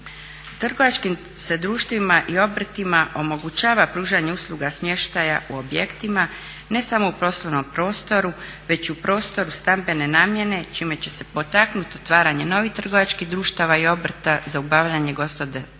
Trgovačkim se društvima i obrtima omogućava pružanje usluga smještaja u objektima ne samo u poslovnom prostoru već i u prostoru stambene namjene čime će se potaknuti otvaranje novih trgovačkih društava i obrta za obavljanje gospodarske